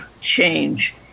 change